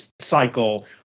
cycle